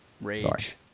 Rage